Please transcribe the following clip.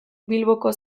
bilboko